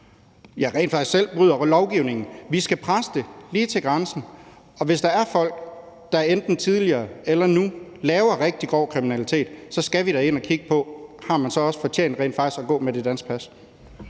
og rent faktisk selv bryder lovgivningen. Vi skal presse det lige til grænsen. Og hvis der er folk, der enten tidligere har begået eller nu begår rigtig grov kriminalitet, så skal vi da ind at kigge på, om man så rent faktisk har fortjent at gå med det danske pas.